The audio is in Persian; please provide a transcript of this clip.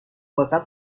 واست